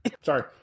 Sorry